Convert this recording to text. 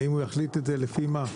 האם הוא יחליט את זה לפי מה?